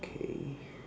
okay